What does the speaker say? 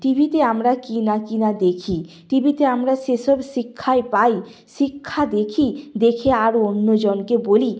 টিভিতে আমরা কী না কী না দেখি টিভিতে আমরা সেসব শিক্ষাই পাই শিক্ষা দেখি দেখে আর অন্যজনকে বলি